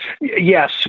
Yes